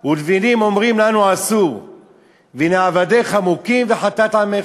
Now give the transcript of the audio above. ולבנים אומרים לנו עשו והנה עבדיך מֻכים וחטאת עמך".